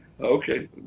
Okay